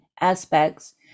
aspects